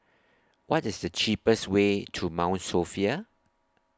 What IS The cheapest Way to Mount Sophia